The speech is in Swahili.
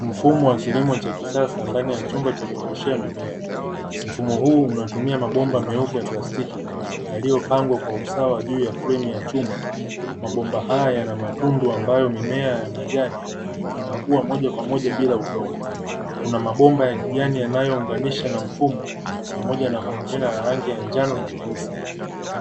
Mfumo wa kilimo cha kisasa ndani ya chumba cha kuoteshea mimea, mfumo huu unatumia mabomba meupe ya plastiki yaliyopangwa kwa usawa juu ya fremu ya chuma, mabomba haya yanamatundu ambayo mimea ya majani inakuwa moja kwa moja bila udongo. Kuna mabomba ya kijani yanayounganisha na mfumo, pamoja na kontena la rangi ya njano na nyeusi.